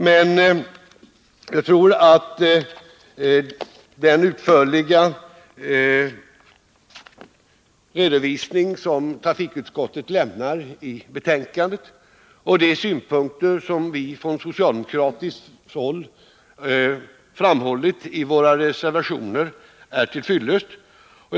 Men jag tror att den utförliga redovisning som trafikutskottet lämnar i betänkandet och de synpunkter som vi från socialdemokratiskt håll anfört i våra reservationer är till fyllest.